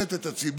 ולשרת את הציבור.